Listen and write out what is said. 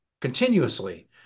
continuously